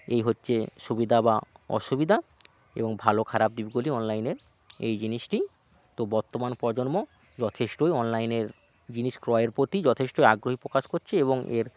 এই হচ্ছে সুবিধা বা অসুবিধা এবং ভালো খারাপ দিকগুলি অনলাইনের এই জিনিসটিই তো বর্তমান প্রজন্ম যথেষ্টই আনলাইনের জিনিস ক্রয়ের প্রতি যথেষ্টই আগ্রহী প্রকাশ করছে এবং এর